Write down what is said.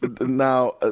Now